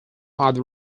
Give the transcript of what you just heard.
other